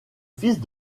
fils